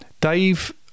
Dave